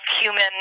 human